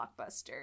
blockbuster